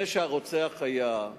זה שהרוצח היה,